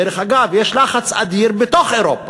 דרך אגב, יש לחץ אדיר בתוך אירופה.